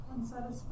Unsatisfied